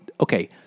Okay